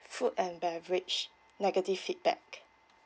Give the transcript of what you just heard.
food and beverage negative feedback